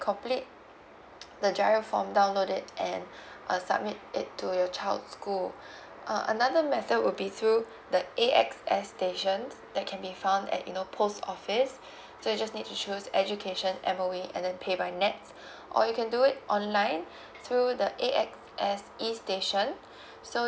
complete the giro form download it and uh submit it to your child school uh another method would be through the A_X_S station that can be found at you know post office so just need to choose education M_O_E and then pay by nets or you can do it online through the A_X_S E station so